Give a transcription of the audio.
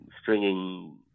stringing